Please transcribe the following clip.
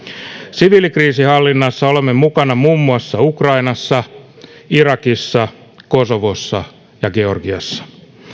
siviilikriisinhallinnassa olemme mukana muun muassa ukrainassa irakissa kosovossa ja georgiassa